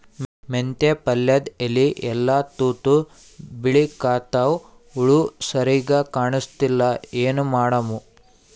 ಮೆಂತೆ ಪಲ್ಯಾದ ಎಲಿ ಎಲ್ಲಾ ತೂತ ಬಿಳಿಕತ್ತಾವ, ಹುಳ ಸರಿಗ ಕಾಣಸ್ತಿಲ್ಲ, ಏನ ಮಾಡಮು?